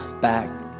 back